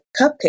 cupcake